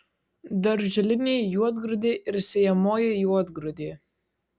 darželinė juodgrūdė ir sėjamoji juodgrūdė